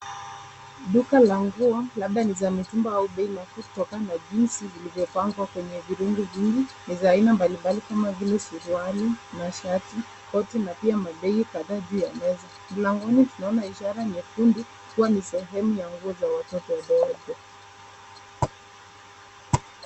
Duka la nguo labda ni za mitumba au bei nafuu kutokana na jinsi zilivyopangwa kwenye virundu chini. Ni za aina mbalimbali kama vile suruali, mashati, koti na pia mabegi kadhaa juu ya meza. Mlangoni tunaona ishara nyekundu kuwa ni sehemu ya nguo za watoto zote.